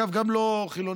אגב, גם לא חילוני.